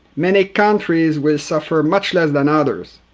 many countries will suffer much less than others.